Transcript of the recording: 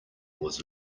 was